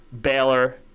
Baylor